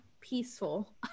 peaceful